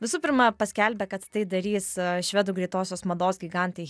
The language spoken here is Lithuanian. visų pirma paskelbė kad tai darys švedų greitosios mados gigantai